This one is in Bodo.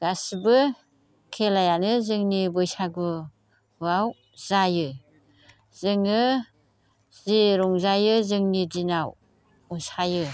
गासिबो खेलायानो जोंनि बैसागुआव जायो जोङो जि रंजायो जोंनि दिनाव मोसायो